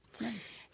nice